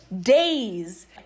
days